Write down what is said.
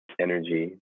energy